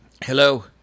Hello